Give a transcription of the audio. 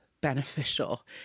beneficial